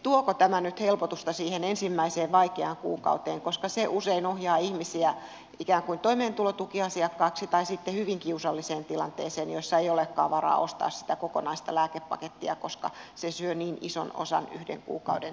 tuoko tämä nyt helpotusta siihen ensimmäiseen vaikeaan kuukauteen koska se usein ohjaa ihmisiä ikään kuin toimeentulotukiasiakkaaksi tai sitten hyvin kiusalliseen tilanteeseen jossa ei olekaan varaa ostaa sitä kokonaista lääkepakettia koska se syö niin ison osan yhden kuukauden tuloista